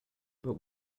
but